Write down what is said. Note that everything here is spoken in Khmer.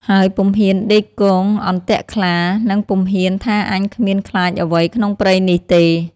ហើយពុំហ៊ានដេកគងអន្ទាក់ក្លា និងពុំហ៊ានថាអញគ្មានខ្លាចអ្វីក្នុងព្រៃនេះទេ។